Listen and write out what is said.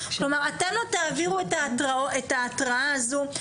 כלומר אתם לא תעבירו את ההתרעה הזו.